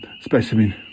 specimen